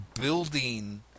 building